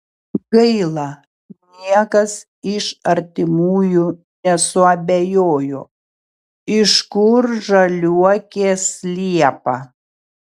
gaila niekas iš artimųjų nesuabejojo iš kur žaliuokės liepą